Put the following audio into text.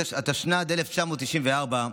התשנ"ד 1994,